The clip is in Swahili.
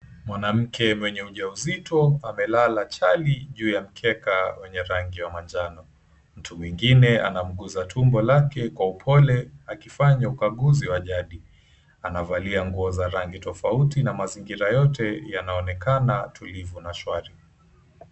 Mwanamke mwenye ujauzito amelala chali juu ya mkeka wenye rangi ya manjano. Mtu mwingine anamguza tumbo lake kwa upole akifanya ukaguzi wa jadi. Anavalia nguo za rangi tofauti na mazingira yote yanaonekana tulivu na shwari.